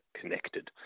connected